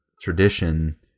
tradition